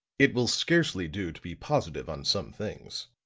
it will scarcely do to be positive on some things.